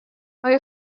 آیا